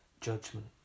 judgment